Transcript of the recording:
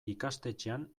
ikastetxean